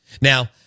Now